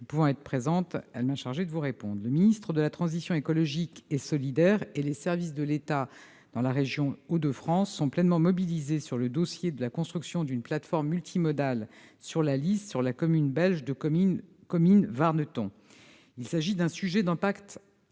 pouvant être présente, elle m'a chargée de vous répondre. Le ministère de la transition écologique et solidaire et les services de l'État dans la région Hauts-de-France sont pleinement mobilisés sur le dossier de la construction d'une plateforme multimodale sur la Lys, sur la commune belge de Comines-Warneton. Il s'agit d'un sujet d'impact